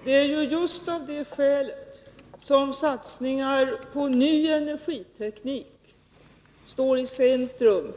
Herr talman! Det är ju just av det skälet som satsningar på ny energiteknik står i centrum